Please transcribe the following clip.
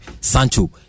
Sancho